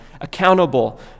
accountable